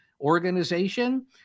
organization